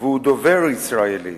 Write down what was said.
והוא דובר ישראלית.